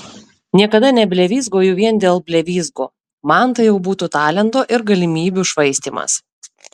niekada neblevyzgoju vien dėl blevyzgų man tai jau būtų talento ir galimybių švaistymas